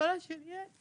לגדולה שלי יש,